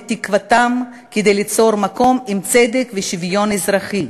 תקוותם כדי ליצור מקום עם צדק ושוויון אזרחי,